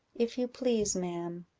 if you please, ma'am.